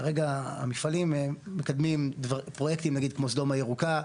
כרגע המפעלים מקדמים פרויקטים נגיד כמו סדום הירוקה.